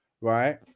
right